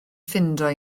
ffeindio